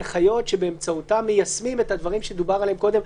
אלה ההנחיות שבאמצעותן מיישמים את הדברים שדובר עליהם קודם,